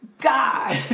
god